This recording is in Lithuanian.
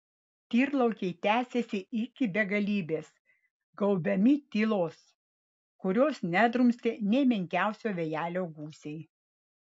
tyrlaukiai tęsėsi iki begalybės gaubiami tylos kurios nedrumstė nė menkiausio vėjelio gūsiai